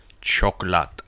Chocolate